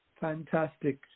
fantastic